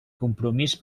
compromís